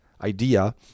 idea